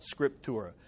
scriptura